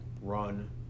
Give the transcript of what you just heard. run